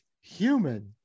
human